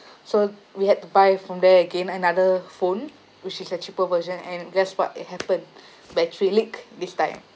so we had to buy from there again another phone which is a cheaper version and guess what it happened battery leak this time